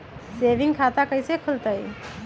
Saving खाता कैसे खुलतई?